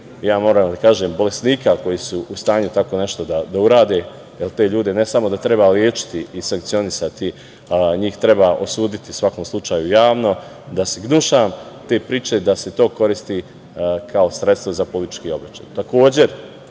moram da kažem, bolesnika koji su u stanju tako nešto da urade, jer te ljude, ne samo da treba lečiti i sankcionisati, njih treba osuditi u svakom slučaju javno, da se gnušam te priče da se to koristi kao sredstvo za politički obračun. Takođe,